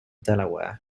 delaware